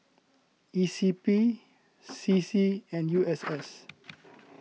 E C P C C and U S S